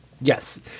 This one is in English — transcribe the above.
Yes